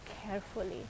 carefully